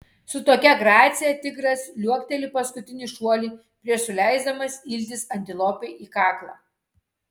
su tokia gracija tigras liuokteli paskutinį šuolį prieš suleisdamas iltis antilopei į kaklą